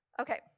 Okay